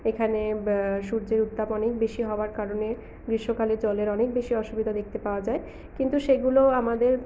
এখানে সূর্যের উত্তাপ অনেক বেশি হওয়ার কারণে গ্রীষ্মকালে জলের অনেক বেশি অসুবিধা দেখতে পাওয়া যায় কিন্তু সেগুলো আমাদের